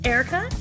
Erica